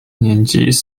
年级